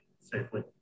safely